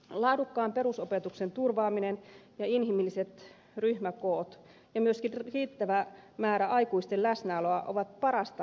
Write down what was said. laadukkaan perusopetuksen turvaaminen ja inhimilliset ryhmäkoot ja myöskin riittävä määrä aikuisten läsnäoloa ovat parasta ennaltaehkäisyä